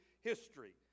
history